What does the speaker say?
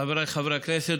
חבריי חברי הכנסת,